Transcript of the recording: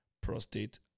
Prostate